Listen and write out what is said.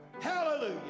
Hallelujah